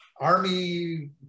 Army